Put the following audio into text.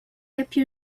appear